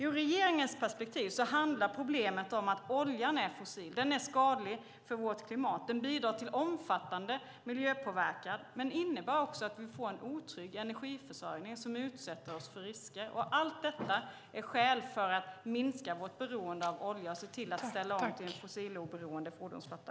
Ur regeringens perspektiv handlar problemet om att oljan är fossil. Den är skadlig för vårt klimat. Den bidrar till omfattande miljöpåverkan och innebär också att vi får en otrygg energiförsörjning som utsätter oss för risker. Allt detta är skäl för att minska vårt beroende av olja och se till att ställa om till en fossiloberoende fordonsflotta.